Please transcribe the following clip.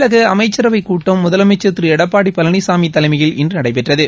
தமிழக அமைச்சரவைக் கூட்டம் முதலமைச்சர் திரு எடப்பாடி பழனிசாமி தலைமையில் இன்று நடைபெற்றது